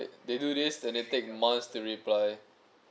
if they do this then they take months to reply